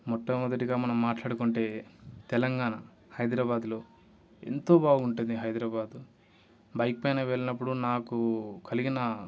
మొట్టమొదటిగా మనం మాట్లాడుకుంటే తెలంగాణ హైదరాబాద్లో ఎంతో బాగుంటుంది హైదరాబాద్ బైక్ పైన వెళ్ళినప్పుడు నాకు కలిగిన